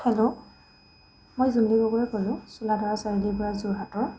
hello মই জুলি গগৈ ক'লোঁ চোলাদৰা চাৰিআলিৰ পৰা যোৰহাটৰ